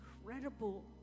incredible